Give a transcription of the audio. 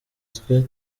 twe